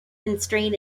constrain